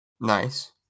Nice